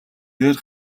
дээр